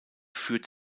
führt